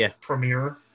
Premiere